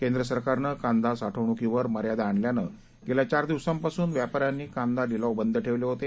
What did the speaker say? केंद्र सरकारनं कांदा साठवणुकीवर मर्यादा आणल्यानं गेल्या चार दिवसांपासून व्यापाऱ्यांनी कांदा लिलाव बंद ठेवले होते